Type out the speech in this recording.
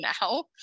now